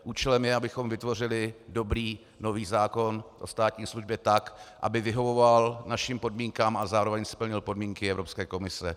Účelem je, abychom vytvořili dobrý nový zákon o státní službě tak, aby vyhovoval našim podmínkám a zároveň splnil podmínky Evropské komise.